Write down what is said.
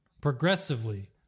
Progressively